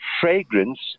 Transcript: fragrance